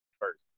first